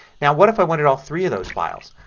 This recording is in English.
now what if i wanted all three of those files.